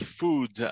food